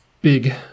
big